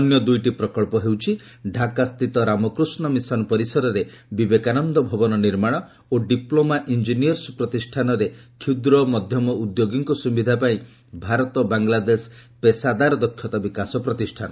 ଅନ୍ୟ ଦୁଇଟି ପ୍ରକଳ୍ପ ହେଲା ଢାକାସ୍ଥିତ ରାମକୃଷ୍ଣ ମିଶନ ପରିସରରେ ବିବେକାନନ୍ଦ ଭବନ ନିର୍ମାଣ ଓ ଡିପ୍ଲୋମା ଇଞ୍ଜିନିୟର୍ସ ପ୍ରତିଷ୍ଠାନଠାରେ କ୍ଷୁଦ୍ର ଓ ମଧ୍ୟମ ଉଦ୍ୟୋଗୀଙ୍କ ସୁବିଧା ପାଇଁ ଭାରତ ବାଂଲାଦେଶ ପେସାଦାର ଦକ୍ଷତା ବିକାଶ ପ୍ରତିଷ୍ଠାନ